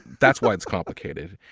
that's why it's complicated.